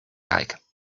like